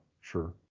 sure